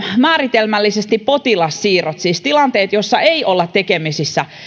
määritelmällisesti potilassiirrot siis tilanteet joissa ei olla tekemisissä